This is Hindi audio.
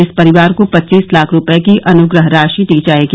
इस परिवार को पच्चीस लाख रुपये की अनुग्रह राशि दी जाएगी